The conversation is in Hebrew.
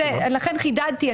לכן חידדתי.